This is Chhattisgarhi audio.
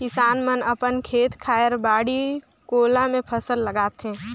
किसान मन अपन खेत खायर, बाड़ी कोला मे फसल लगाथे